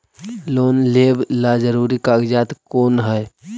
Loan लेब ला जरूरी कागजात कोन है?